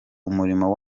umuriro